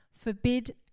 forbid